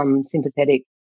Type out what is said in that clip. sympathetic